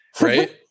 Right